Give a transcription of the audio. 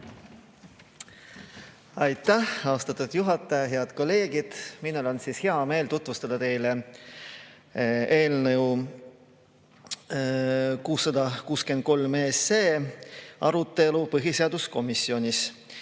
Aitäh, austatud juhataja! Head kolleegid! Mul on hea meel tutvustada teile eelnõu 663 arutelu põhiseaduskomisjonis.